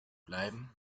bleiben